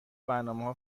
برنامه